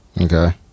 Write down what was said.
Okay